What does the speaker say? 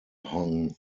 hung